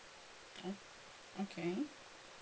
oh okay